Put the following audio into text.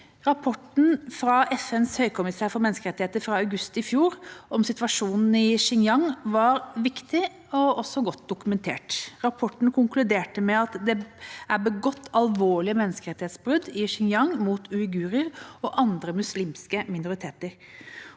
Rapporten fra FNs høykommissær for menneskerettigheter fra august i fjor om situasjonen i Xinjiang var viktig og også godt dokumentert. Rapporten konkluderte med at det er begått alvorlige menneskerettighetsbrudd i Xinjiang mot uigurer og andre muslimske minoriteter.